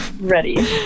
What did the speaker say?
ready